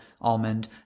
almond